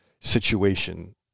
situation